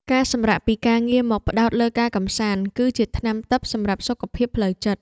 ការសម្រាកពីការងារមកផ្ដោតលើការកម្សាន្តគឺជាថ្នាំទិព្វសម្រាប់សុខភាពផ្លូវចិត្ត។